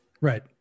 Right